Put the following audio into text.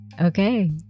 Okay